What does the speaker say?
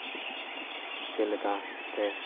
ᱪᱮᱫᱞᱮᱠᱟ ᱨᱮ